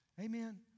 Amen